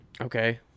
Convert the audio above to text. Okay